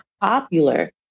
popular